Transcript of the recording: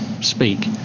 speak